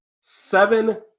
seven